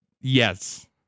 Yes